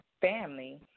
family